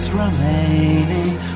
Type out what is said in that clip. remaining